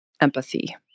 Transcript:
empathy